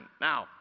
now